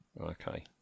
Okay